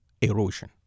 erosion